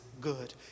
good